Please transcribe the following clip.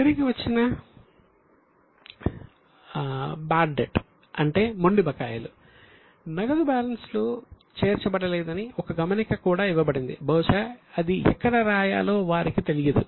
తిరిగివచ్చిన bad debt అంటే మొండి బకాయిలు నగదు బ్యాలెన్స్లో చేర్చబడలేదని ఒక గమనిక కూడా ఇవ్వబడింది బహుశా అది ఎక్కడ రాయాలో వారికి తెలియదు